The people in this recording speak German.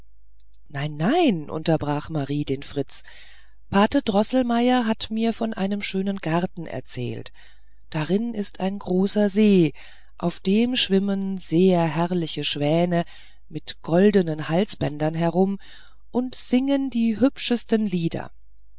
nein nein unterbrach marie den fritz pate droßelmeier hat mir von einem schönen garten erzählt darin ist ein großer see auf dem schwimmen sehr herrliche schwäne mit goldnen halsbändern herum und singen die hübschesten lieder